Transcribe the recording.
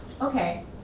okay